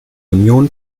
union